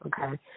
okay